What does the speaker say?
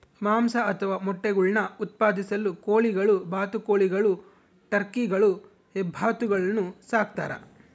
ಮಾಂಸ ಅಥವಾ ಮೊಟ್ಟೆಗುಳ್ನ ಉತ್ಪಾದಿಸಲು ಕೋಳಿಗಳು ಬಾತುಕೋಳಿಗಳು ಟರ್ಕಿಗಳು ಹೆಬ್ಬಾತುಗಳನ್ನು ಸಾಕ್ತಾರ